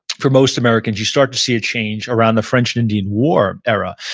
for most americans, you start to see a change around the french and indian war era,